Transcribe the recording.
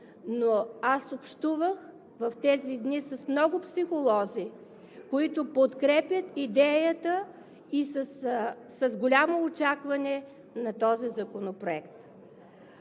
но аз общувах в тези дни с много психолози, които подкрепят идеята и са с голямо очакване на този законопроект.